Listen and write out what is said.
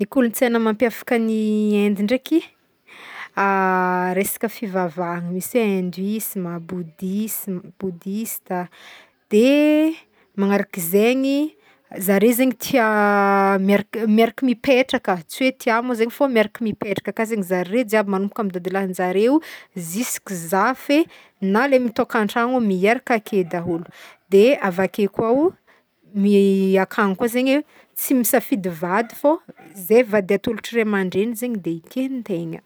Ny kolontsaina mampiavaka ny Inde ndraiky reasaka fivavahagna, misy hoe hindouisme a, bouddhisme bouddhiste a de magnarak'izegny zare zegny tia miaraka miaraka mipetraka tsy hoe tia mo zegny fô miaraka mipetraka aka zegny zare jiaby magnomboka amy dadilahinjareo juska zafy e na lay mitôkantragno miaraka ake daholo de avake koa o mi- akagny koa zegny e tsy misafidy vady fô zay vady atolotry ray amandregny zegny de eken'tegna.